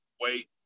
wait